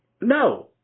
no